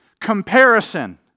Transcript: Comparison